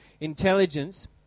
Intelligence